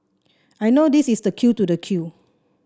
I know this is the queue to the queue